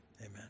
amen